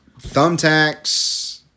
Thumbtacks